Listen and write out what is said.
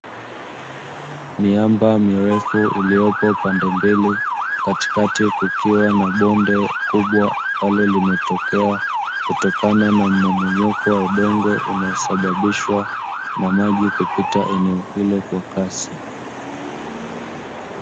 Miamba mirefu iliyopo pande mbili, katikati kukiwa na bonde kubwa ambalo limetokea kutokana na mmomonyoko wa udongo, unaosababishwa na maji kupita eneo hilo kwa kasi.